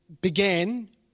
began